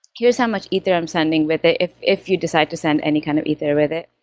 here's how much ether i'm sending with it, if if you decide to send any kind of ether with it.